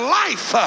life